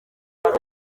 kuko